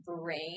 brain